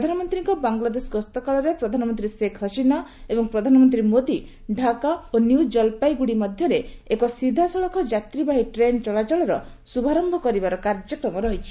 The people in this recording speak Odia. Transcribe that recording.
ପ୍ରଧାନମନ୍ତ୍ରୀଙ୍କ ବାଂଲାଦେଶ ଗସ୍ତ କାଳରେ ପ୍ରଧାନମନ୍ତ୍ରୀ ସେଖ୍ ହସିନା ଏବଂ ପ୍ରଧାନମନ୍ତ୍ରୀ ମୋଦୀ ଢାକା ଓ ନ୍ୟୁ ଜଲପାଇଗୁଡି ମଧ୍ୟରେ ଏକ ସିଧାସଳଖ ଯାତ୍ରୀବାହୀ ଟ୍ରେନ ଚଳାଚଳର ଶୁଭାରମ୍ଭ କରିବାର କାର୍ଯ୍ୟକ୍ମ ରହିଛି